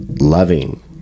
loving